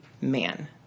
man